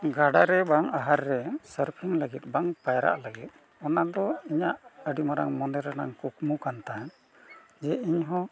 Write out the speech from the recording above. ᱜᱟᱰᱟ ᱨᱮ ᱵᱟᱝ ᱟᱦᱟᱨ ᱨᱮ ᱞᱟᱹᱜᱤᱫ ᱵᱟᱝ ᱯᱟᱭᱨᱟᱜ ᱞᱟᱹᱜᱤᱫ ᱚᱱᱟ ᱫᱚ ᱤᱧᱟᱹᱜ ᱟᱹᱰᱤ ᱢᱟᱨᱟᱝ ᱢᱚᱱᱮ ᱨᱮᱱᱟᱜ ᱠᱩᱠᱢᱩ ᱠᱟᱱ ᱛᱟᱦᱮᱸᱫ ᱡᱮ ᱤᱧᱦᱚᱸ